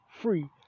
free